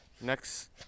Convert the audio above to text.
Next